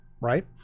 right